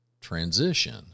Transition